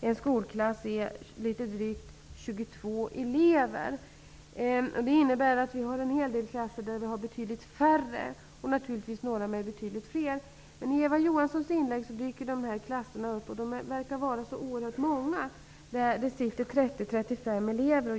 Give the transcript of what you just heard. en skolklass är litet drygt 22 elever. Det innebär att en hel del klasser har betydligt färre elever och att det naturligtvis finns några med betydligt fler. Men Eva Johansson ger intryck av att det finns oerhört många klasser med 30--35 elever.